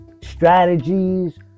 strategies